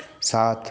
सात